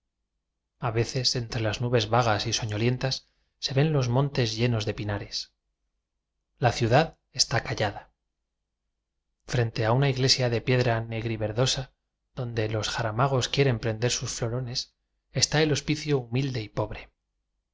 veces entre las nubes vagas y soñolientas se ven los montes llenos de pinares la ciudad está callada frente a una iglesia de piedra negriverdosa donde los jaramagos quieren prender sus florones está el hospicio humilde y pobre